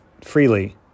freely